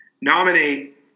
Nominate